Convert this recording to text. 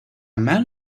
man